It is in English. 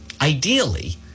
Ideally